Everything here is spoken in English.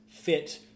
fit